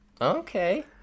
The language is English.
Okay